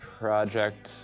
project